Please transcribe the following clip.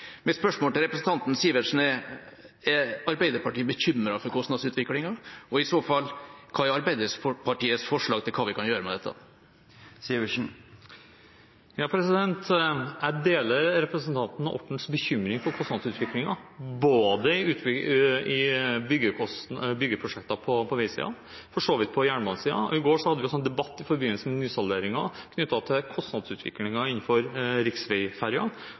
Mitt spørsmål til representanten Sivertsen er: Er Arbeiderpartiet bekymret for kostnadsutviklinga? Og i så fall, hva er Arbeiderpartiets forslag til hva vi kan gjøre med dette? Jeg deler representanten Ortens bekymring for kostnadsutviklingen når det gjelder byggeprosjekter på veisiden, og for så vidt på jernbanesiden. I går hadde vi en debatt i forbindelse med nysalderingen knyttet til kostnadsutviklingen innenfor